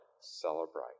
celebrate